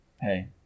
Hey